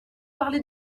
parler